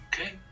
okay